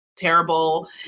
terrible